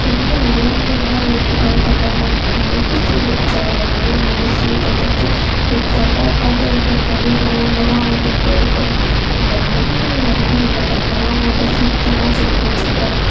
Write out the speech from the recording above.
இப்போ என்னா எல்லோருமே என்ன இப்போ வேலை பாக்கிறாங்க நம்ம ஐடி ஃபீல்டுக்கு போகணும் நல்லா ஏசியை போட்டுகிட்டு டிப்டாப்பாக உக்காந்து இந்த கம்பியூட்டரை என்ன நோண்டினம்மா வந்துகிட்டே இருக்கணும் இந்த வெயிலில் இறங்கி வேலை பாக்கிறதுலாம் அவங்களுக்கு சுத்தமாக பிடிக்கவே பிடிக்காது